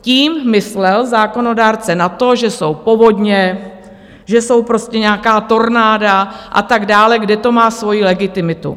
Tím myslel zákonodárce na to, že jsou povodně, že jsou prostě nějaká tornáda a tak dále, kde to má svoji legitimitu.